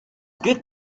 good